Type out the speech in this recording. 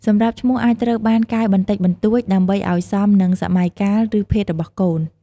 សម្រាប់ឈ្មោះអាចត្រូវបានកែបន្តិចបន្តួច ដើម្បីអោយសមនឹងសម័យកាល ឬភេទរបស់កូន។